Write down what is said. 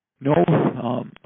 No